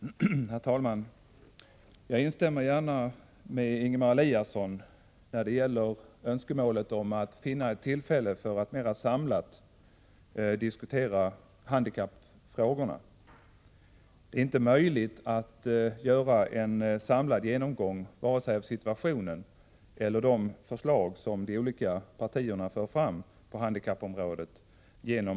Herr talman! Jag instämmer gärna med Ingemar Eliasson i önskemålet om att finna ett tillfälle för att mera samlat diskutera handikappfrågorna. Det är inte möjligt att genom att analysera just detta betänkande göra en samlad genomgång av vare sig situationen på handikappområdet eller de förslag som de olika partierna för fram på detta område.